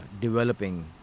developing